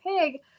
pig